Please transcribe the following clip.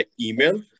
email